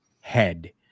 head